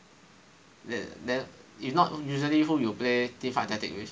then then if not usually who you play Teamfight Tactics with